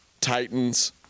Titans